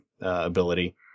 ability